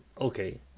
okay